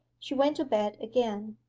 she went to bed again.